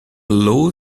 low